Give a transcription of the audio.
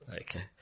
Okay